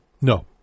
No